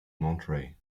monterrey